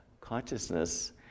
consciousness